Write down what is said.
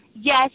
yes